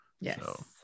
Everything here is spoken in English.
Yes